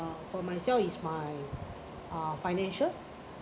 ah for myself is my uh financial